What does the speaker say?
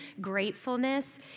gratefulness